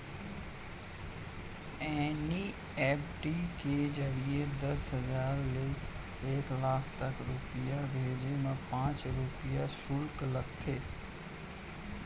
NEFT के जरिए दस हजार ले एक लाख तक रूपिया भेजे मा पॉंच रूपिया सुल्क लागथे